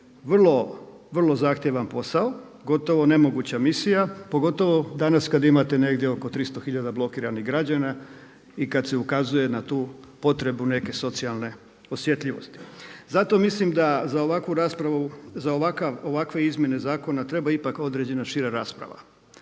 vrlo zahtjevan posao, gotovo nemoguća, pogotovo danas kada imate negdje oko 300 hiljada blokiranih građana i kada se ukazuje na tu potrebu neke socijalne osjetljivosti. Zato mislim da za ovakvu raspravu, za ovakve izmjene zakona treba ipak određena šira rasprava.